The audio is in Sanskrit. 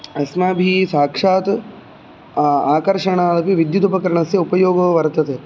अस्माभिः साक्षात् आकर्षणमपि विद्युदुपकरणस्य उपयोगो वर्तते